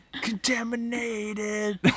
Contaminated